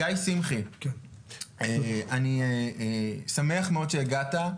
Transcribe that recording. גיא שמחי, אני שמח מאוד שהגעת.